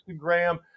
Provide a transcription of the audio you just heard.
Instagram